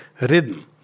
rhythm